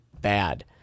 bad